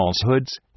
falsehoods